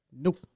Nope